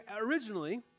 originally